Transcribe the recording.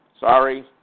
Sorry